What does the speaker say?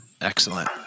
Excellent